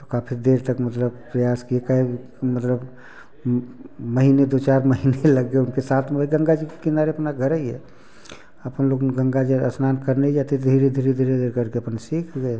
तो काफ़ी देर तक मतलब प्रयास किए कए मतलब महीने दो चार महीने लग गए उनके साथ में गंगा जी के किनारे अपना घर ही है अपन लोग गंगा जी स्नान करने जाते धीरे धीरे धीरे धीरे करके अपन सीख गए